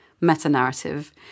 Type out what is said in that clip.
meta-narrative